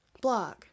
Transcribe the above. blog